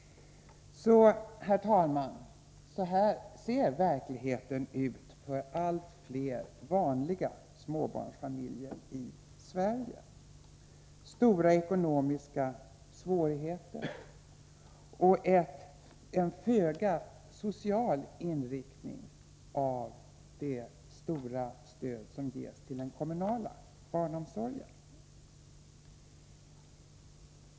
Herr talman! Så här ser verkligheten ut för allt fler vanliga småbarnsfamiljer i Sverige: stora ekonomiska svårigheter och en föga social inriktning av det stora stöd som ges till den kommunala barnomsorgen.